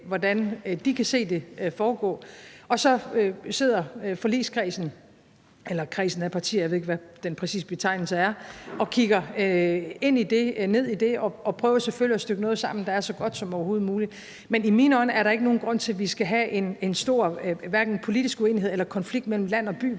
hvordan de kan se det foregå, og så sidder forligskredsen eller kredsen af partier – jeg ved ikke, hvad den præcise betegnelse er – og kigger ned i det og prøver selvfølgelig at stykke noget sammen, der er så godt som overhovedet muligt. Men i mine øjne er der ikke nogen grund til, at vi skal have en stor politisk uenighed eller konflikt mellem land og by